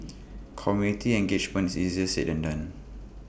community engagement is easier said than done